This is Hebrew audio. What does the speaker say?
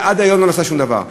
ועד היום לא נעשה שום דבר.